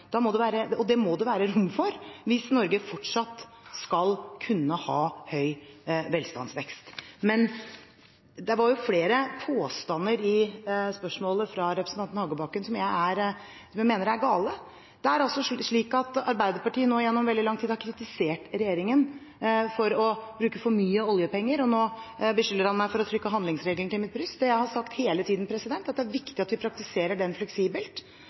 Det må det være rom for hvis Norge fortsatt skal kunne ha høy velstandsvekst. Det var flere påstander i spørsmålet fra representanten Hagebakken som jeg mener er gale. Det er slik at Arbeiderpartiet nå gjennom veldig lang tid har kritisert regjeringen for å bruke for mye oljepenger, og nå beskylder han meg for å trykke handlingsregelen til mitt bryst. Det jeg har sagt hele tiden, er at det er viktig at vi praktiserer den fleksibelt